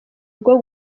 bwo